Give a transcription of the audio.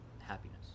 happiness